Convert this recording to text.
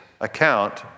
account